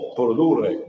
produrre